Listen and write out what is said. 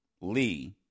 Lee